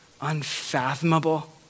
unfathomable